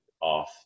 off